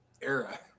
era